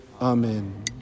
amen